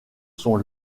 sont